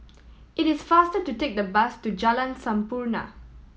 it is faster to take the bus to Jalan Sampurna